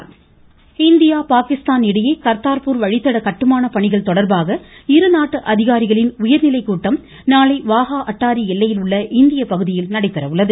மமம வாஹட எல்லை இந்தியா பாகிஸ்தான் இடையே கர்தார்பூர் வழித்தட கட்டுமான பணிகள் தொடர்பாக இருநாட்டு அதிகாரிகளின் உயர்நிலைக்கூட்டம் நாளை வாஹா அட்டாரி எல்லையில் உள்ள இந்திய பகுதியில் நடைபெற உள்ளது